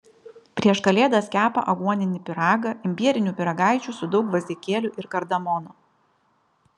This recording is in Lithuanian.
prieš kalėdas kepa aguoninį pyragą imbierinių pyragaičių su daug gvazdikėlių ir kardamono